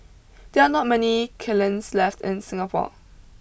there are not many kilns left in Singapore